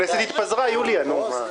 יואב קיש.